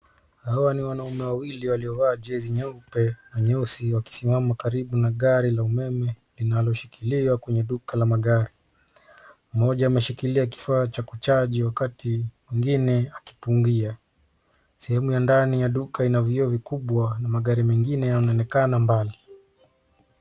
Hawa ni wanaume wawili waliovaa jezi nyeupe na nyeusi wakisimama karibu na gari la umeme linaloshikilia kwenye duka la magari. Mmoja ameshikilia kifaa cha kuchaji wakati mwingine akipungia. Sehemu ya ndani ya duka ina vioo vikubwa na magari mengine yanaonekana mbali.